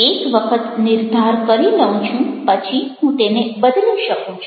એક વખત નિર્ધાર કરી લઉં છું પછી હું તેને બદલી શકું છું